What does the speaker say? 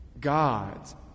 God's